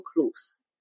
close